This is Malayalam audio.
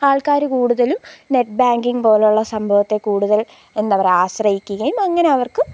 ആൾക്കാർ കൂടുതലും നെറ്റ് ബാങ്കിങ്ങ് പോലെയുള്ള സംഭവത്തെ കൂടുതൽ എന്താ പറയുക ആശ്രയിക്കുകയും അങ്ങനെ അവർക്ക്